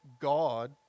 God